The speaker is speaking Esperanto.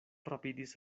rapidis